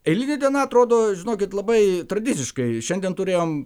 eilinė diena atrodo žinokit labai tradiciškai šiandien turėjom